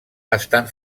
estan